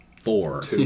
four